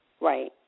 Right